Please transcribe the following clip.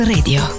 Radio